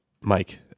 Mike